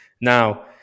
Now